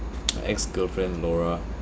my ex-girlfriend laura